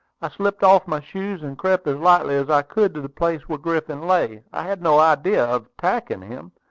i slipped off my shoes, and crept as lightly as i could to the place where griffin lay. i had no idea of attacking him,